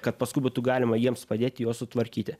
kad paskui būtų galima jiems padėti juos sutvarkyti